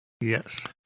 Yes